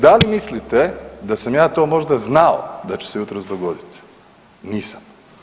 Da li mislite da sam ja to možda znao da će se jutros dogoditi, nisam.